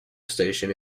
station